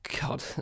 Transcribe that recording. God